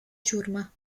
ciurma